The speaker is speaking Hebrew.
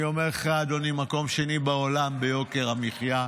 אני אומר לך, אדוני, מקום שני בעולם ביוקר המחיה.